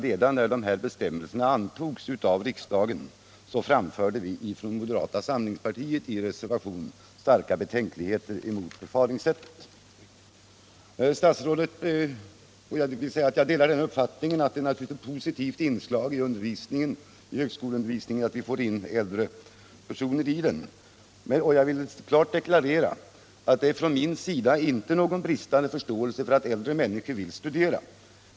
Redan när bestämmelserna antogs av riksdagen framförde vi från moderata samlingspartiet i reservation starka betänkligheter mot det nya förfaringssättet. Jag delar uppfattningen att det naturligtvis är ett positivt inslag i högskoleundervisningen att vi får in äldre personer i den, och jag vill klart deklarera att det från min sida inte är någon bristande förståelse för att äldre människor vill studera.